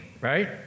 right